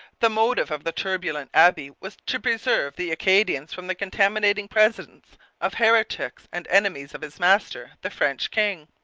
the motive of the turbulent abbe was to preserve the acadians from the contaminating presence of heretics and enemies of his master, the french king.